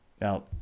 Now